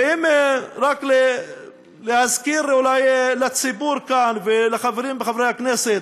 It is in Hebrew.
ורק להזכיר אולי לציבור כאן, ולחברים וחברי הכנסת: